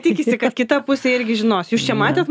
tikisi kad kita pusė irgi žinos jūs čia matėt